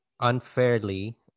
unfairly